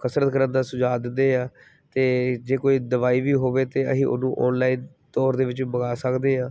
ਕਸਰਤ ਕਰਨ ਦਾ ਸੁਝਾਅ ਦਿੰਦੇ ਆ ਅਤੇ ਜੇ ਕੋਈ ਦਵਾਈ ਵੀ ਹੋਵੇ ਤਾਂ ਅਸੀਂ ਉਹਨੂੰ ਔਨਲਾਈਨ ਤੌਰ ਦੇ ਵਿੱਚ ਮੰਗਾ ਸਕਦੇ ਹਾਂ